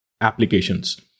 applications